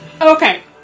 Okay